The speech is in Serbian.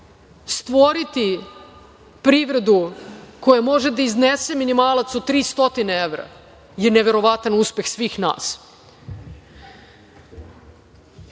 stvoriti privredu koja može da iznese minimalac od 300 evra je neverovatan uspeh svih nas. Sada